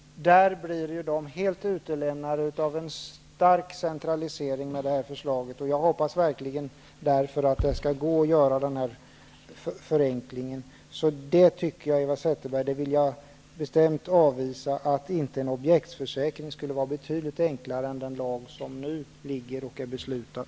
De blir ju nu helt utlämnade till ett starkt centraliserat system. Jag hoppas verkligen att det skall gå att åstadkomma en förenkling, och jag vill bestämt avvisa att en objektsförsäkring inte skulle vara betydligt enklare än det system som tidigare är beslutat.